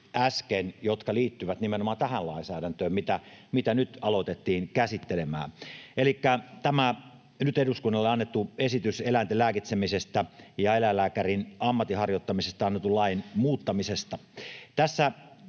jotka liittyvät nimenomaan tähän lainsäädäntöön, mitä nyt alettiin käsittelemään. Elikkä tämä on nyt eduskunnalle annettu esitys eläinten lääkitsemisestä ja eläinlääkärinammatin harjoittamisesta annetun lain muuttamisesta.